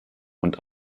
und